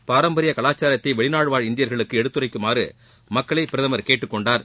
பாரம்பரிய கலாச்சாரத்தை வெளிநாடுவாழ் இந்தியர்களுக்கு எடுத்துரைக்குமாறு மக்களை பிரதமர் கேட்டுக்கொண்டார்